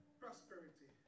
prosperity